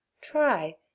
Try